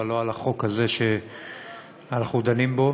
אבל לא על החוק הזה שאנחנו דנים בו.